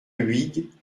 huyghe